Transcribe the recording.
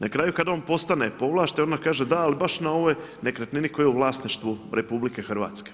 Na kraju kad on postane povlašten, onda kaže, da ali baš na ovoj nekretnini koja je u vlasništvu RH.